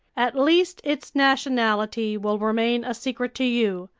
at least its nationality will remain a secret to you.